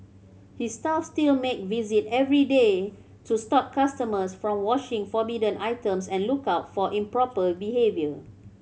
his staff still make visit every day to stop customers from washing forbidden items and look out for improper behaviour